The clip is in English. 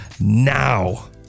now